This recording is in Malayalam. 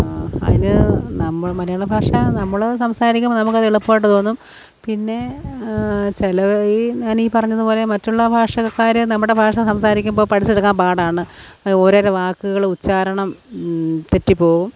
അതിന് നമ്മൾ മലയാളഭാഷ നമ്മൾ സംസാരിക്കുമ്പോൾ നമുക്കത് എളുപ്പമായിട്ട് തോന്നും പിന്നെ ഈ ഞാൻ ഈ പറഞ്ഞതുപോലെ മറ്റുള്ള ഭാഷക്കാർ നമ്മുടെ ഭാഷ സംസാരിക്കുമ്പോൾ പഠിച്ചെടുക്കാൻ പാടാണ് ഓരോരോ വാക്കുകൾ ഉച്ഛാരണം തെറ്റിപ്പോവും